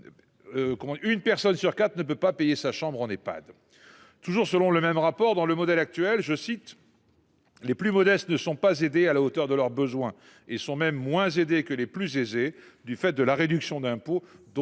personnes sur quatre ne peuvent pas payer une chambre en Ehpad. Toujours selon le même rapport, dans le modèle actuel, « les plus modestes ne sont pas aidés à la hauteur de leurs besoins et sont même moins aidés que les plus aisés », du fait de la réduction d’impôt